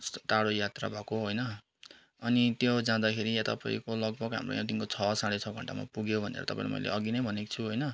यस्तो टाढो यात्रा भएको होइन अनि त्यो जाँदाखेरि यहाँ तपाईँको लगभग हाम्रो यहाँदेखिको छः साढे छः घन्टामा पुगियो भनेर तपाईँलाई मैलै अघि नै भनेको छु होइन